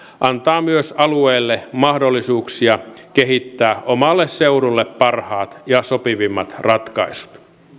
antaa myös alueille mahdollisuuksia kehittää omalle seudulle parhaat ja sopivimmat ratkaisut